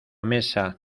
mesa